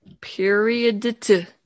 period